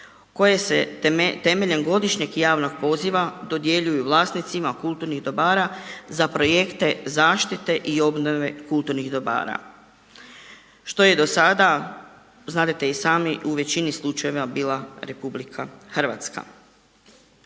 koje se temeljem godišnjeg javnog poziva dodjeljuju vlasnicima kulturnih dobara za projekte zaštite i obnove kulturnih dobara što je do sada znadete i sami u većini slučajeva bila Republika Hrvatska.